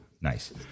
Nice